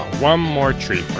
one more tree